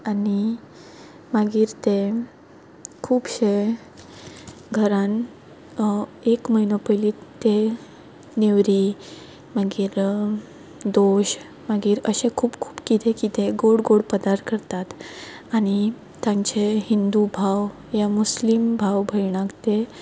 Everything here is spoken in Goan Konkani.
आनी मागीर ते खुबशे घरान एक म्हयनो पयलीं ते नेवरी मागाीर दोश अशें खूब खूब कितें कितें गोड गोड पदार्थ करतात आनी तांचे हिंदू भाव वा मुसलिम भाव भयणांक ते